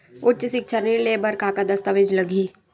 उच्च सिक्छा ऋण ले बर का का दस्तावेज लगही?